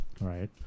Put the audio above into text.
Right